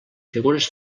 figures